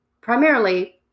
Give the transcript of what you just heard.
primarily